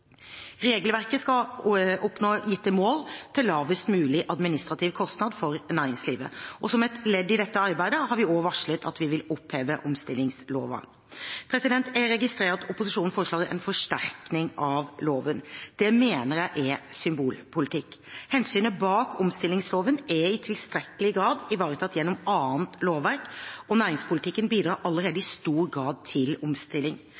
Regelverket skal oppnå gitte mål til lavest mulig administrativ kostnad for næringslivet. Som et ledd i dette arbeidet har vi også varslet at vi vil oppheve omstillingslova. Jeg registrerer at opposisjonen foreslår en forsterkning av loven. Det mener jeg er symbolpolitikk. Hensynet bak omstillingslova er i tilstrekkelig grad ivaretatt gjennom annet lovverk, og næringspolitikken bidrar allerede i stor grad til omstilling.